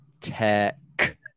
Tech